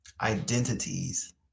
identities